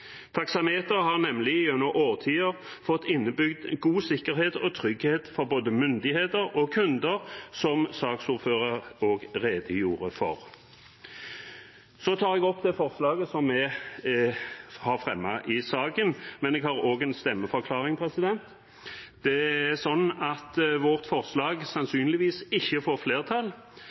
taksameter i drosjer. Taksameteret har nemlig gjennom årtier fått innebygd god sikkerhet og trygghet for både myndigheter og kunder, noe saksordføreren også redegjorde for. Jeg tar opp forslaget som vi, sammen med Senterpartiet og SV, har fremmet i saken. Jeg har også en stemmeforklaring. Vårt forslag får sannsynligvis ikke flertall, og da ville det ikke